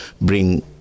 bring